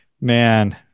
man